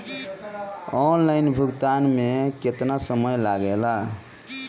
Online भुगतान में केतना समय लागेला?